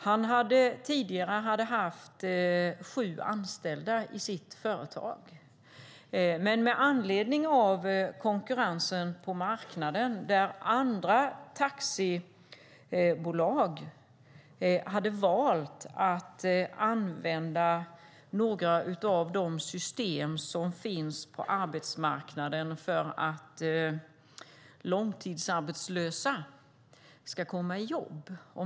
Han hade tidigare haft sju anställda i sitt företag men klarade inte konkurrensen på marknaden, där andra taxibolag hade valt att använda några av de system som finns på arbetsmarknaden för att långtidsarbetslösa ska komma i jobb.